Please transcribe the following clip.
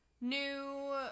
new